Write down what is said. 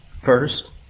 first